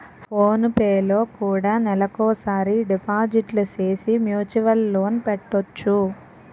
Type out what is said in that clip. phone పేలో కూడా నెలకోసారి డిపాజిట్లు సేసి మ్యూచువల్ లోన్ పెట్టొచ్చు